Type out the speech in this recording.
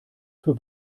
für